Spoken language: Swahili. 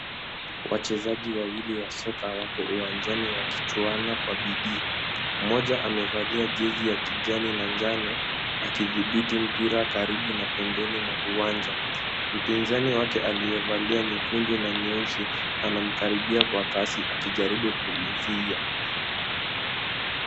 Wachezaji wawili wa soka wako uwanjani wakichuana kwa bidii. Mmoja amevalia jezi ya kijani na njano akidhibiti mpira karibu na pembeni mwa uwanja. Mpinzani wake aliyevalia nyekundu na nyeusi anamkaribia kwa kasi akijaribu kumzuia.